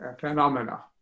phenomena